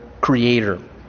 Creator